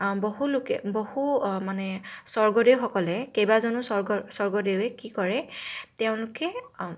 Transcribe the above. বহুলোকে বহু মানে স্বৰ্গদেউসকলে কেইবাজনো স্বৰ্গ স্বৰ্গদেৱে কি কৰে তেওঁলোকে